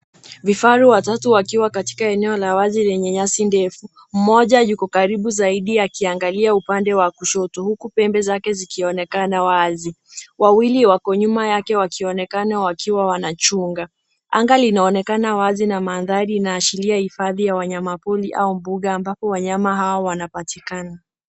Vifaru watatu wakiwa katika eneo la wazi lenye nyasi ndefu mmoja yuko karibu zaidi akiangalia upande wa kushoto huku pembe zake zikionekana wazi. Wawili wako nyuma yake wakionekana wakiwa wanachunga anga linaoneka wazi na madhari inaashiria hifadhi ya wanyama pori au mbuga ambapo wanyama hawa wanapatikana.